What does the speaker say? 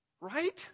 Right